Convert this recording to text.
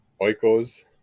Oiko's